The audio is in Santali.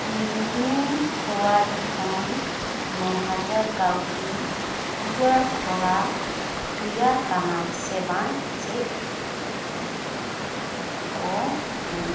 ᱞᱟᱭᱤᱢᱨᱳᱰ ᱠᱷᱚᱱ ᱱᱚ ᱦᱟᱡᱟᱨ ᱠᱟᱣᱰᱤ ᱨᱩᱣᱟᱹᱲ ᱦᱚᱨᱟ ᱦᱩᱭᱟᱠᱟᱱᱟ ᱥᱮᱵᱟᱝ ᱪᱮᱠ ᱢᱮ